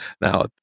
Now